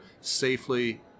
safely